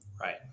Right